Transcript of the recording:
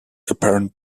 apparent